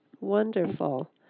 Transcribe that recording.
Wonderful